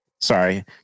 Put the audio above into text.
sorry